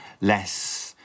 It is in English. less